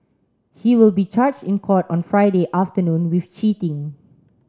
he will be charged in court on Friday afternoon with cheating